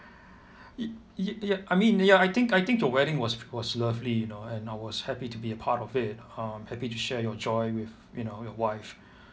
y~ y~ ya I mean ya I think I think your wedding was was lovely you know and I was happy to be a part of it um happy to share your joy with you know your wife